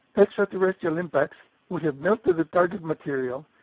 extraterrestrial impacts would have melted the target material,